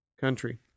country